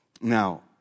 Now